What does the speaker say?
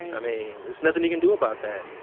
i mean, there's nothing he can do about that.